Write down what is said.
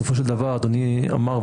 אדוני אמר,